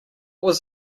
was